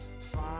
fine